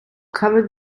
covered